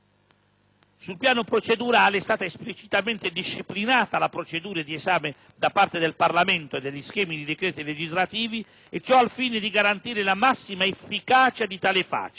Sul piano procedurale, è stata esplicitamente disciplinata la procedura di esame da parte del Parlamento degli schemi di decreti legislativi, e ciò al fine di garantire la massima efficacia di tale fase,